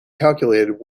calculated